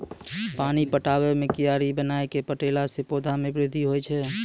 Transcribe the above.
पानी पटाबै मे कियारी बनाय कै पठैला से पौधा मे बृद्धि होय छै?